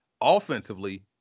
offensively